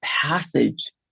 passage